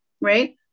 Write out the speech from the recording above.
right